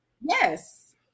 Yes